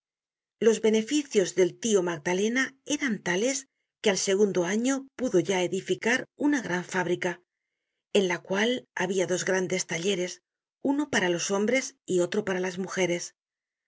los beneficios del tio magdalena eran tales que al segundo año pudo ya edificar una gran fábrica en la cual habia dos grandes talleres uno para los hombres y otro para las mujeres